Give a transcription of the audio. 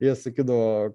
jie sakydavo